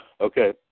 okay